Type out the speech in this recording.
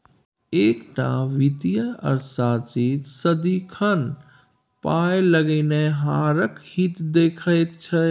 एकटा वित्तीय अर्थशास्त्री सदिखन पाय लगेनिहारक हित देखैत छै